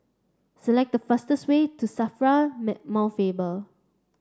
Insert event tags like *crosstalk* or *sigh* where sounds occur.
select the fastest way to SAFRA *unintelligible* Mount Faber